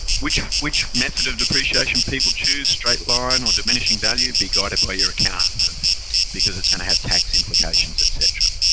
which which method of depreciation people choose, straight line and or diminishing value. be guided by your accountant, and because it's going to have tax implications, etc.